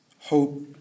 hope